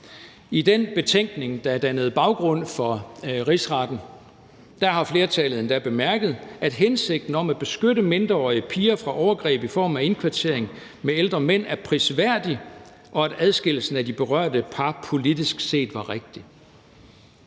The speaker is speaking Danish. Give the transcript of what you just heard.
I den betænkning, der har dannet baggrund for rigsretten, har flertallet endda bemærket, at hensigten om at beskytte mindreårige piger fra overgreb i form af indkvartering med ældre mænd er prisværdig, og at adskillelsen af de berørte par politisk set var rigtig.